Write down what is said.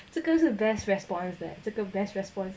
这个是 best response leh 这个 best response